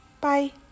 Bye